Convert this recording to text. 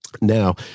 now